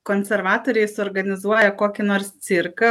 konservatoriai suorganizuoja kokį nors cirką